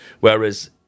whereas